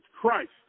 Christ